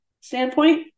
standpoint